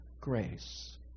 grace